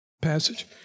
passage